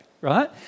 right